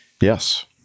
Yes